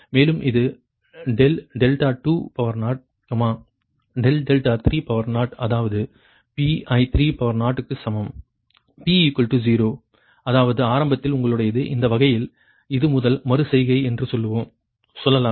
மேலும் இது ∆20 ∆30 அதாவது Pi30 க்கு p 0 அதாவது ஆரம்பத்தில் உங்களுடையது அந்த வகையில் இது முதல் மறு செய்கை என்று சொல்லலாம்